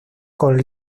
con